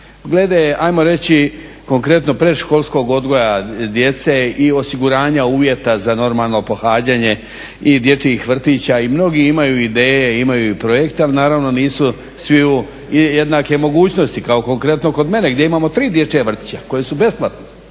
Glede ajmo reći konkretno predškolskog odgoja djece i osiguranja uvjeta za normalno pohađanje i dječjih vrtića i mnogi imaju ideje i imaju projekte ali naravno nisu svi jednake mogućnosti kao konkretno kod mene gdje imamo tri dječja vrtića koja su besplatna